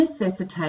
necessitate